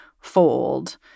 fold